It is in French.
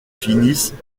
finissent